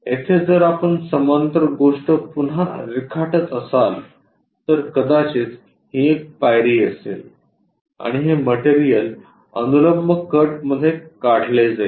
येथे जर आपण समांतर गोष्ट पुन्हा रेखाटत असाल तर कदाचित ही एक पायरी असेल आणि हे मटेरियल अनुलंब कटमध्ये काढले जाईल